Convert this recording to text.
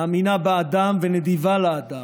מאמינה באדם ונדיבה לאדם.